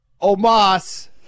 Omas